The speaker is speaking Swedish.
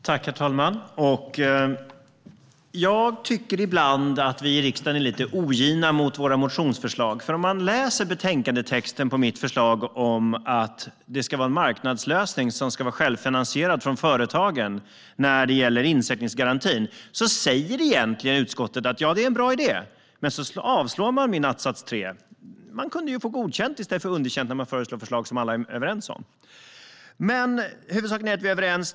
Herr talman! Jag tycker ibland att vi i riksdagen är lite ogina mot motionsförslagen. I betänkandetexten om mitt förslag om att det ska vara en marknadslösning som ska vara självfinansierad från företagen när det gäller insättningsgarantin säger utskottet att det är en bra idé. Men sedan avstyrker man min att-sats 3. Jag kunde ju få godkänt i stället för underkänt när jag lägger fram förslag som alla är överens om. Huvudsaken är att vi är överens.